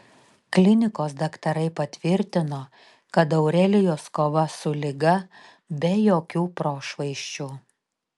klinikos daktarai patvirtino kad aurelijos kova su liga be jokių prošvaisčių